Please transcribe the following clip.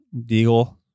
Deagle